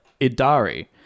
Idari